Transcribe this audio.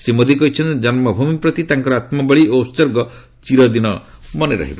ଶ୍ରୀ ମୋଦୀ କହିଛନ୍ତି ଜନ୍ମଭୂମି ପ୍ରତି ତାଙ୍କର ଆତ୍ମବଳୀ ଓ ଉତ୍ସର୍ଗ ଚିରଦିନ ମନେରହିବ